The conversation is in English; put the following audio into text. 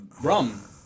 Rum